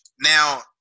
Now